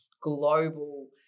global